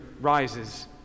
rises